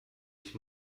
ich